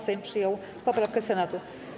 Sejm przyjął poprawkę Senatu.